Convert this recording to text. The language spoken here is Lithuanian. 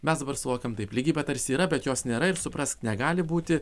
mes dabar suvokiam taip lygybė tarsi yra bet jos nėra ir suprask negali būti